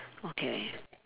okay